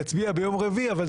אם אני